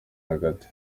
hagati